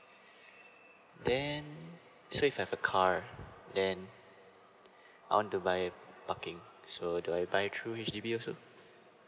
then so if have a car then I want to buy parking so do I buy through H_D_B also